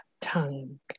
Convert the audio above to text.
tongue